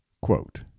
Quote